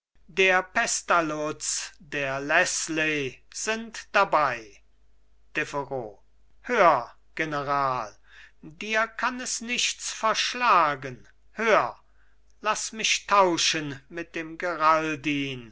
der pestalutz der leßley sind dabei deveroux hör general dir kann es nichts verschlagen hör laß mich tauschen mit dem geraldin